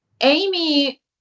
amy